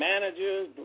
managers